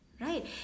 right